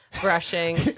brushing